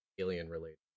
alien-related